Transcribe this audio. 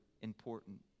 important